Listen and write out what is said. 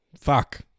Fuck